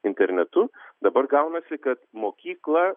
internetu dabar gaunasi kad mokykla